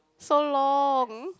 so long